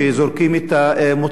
רק לפני כמה שבועות,